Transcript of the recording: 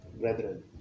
brethren